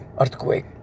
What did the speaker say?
earthquake